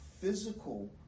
physical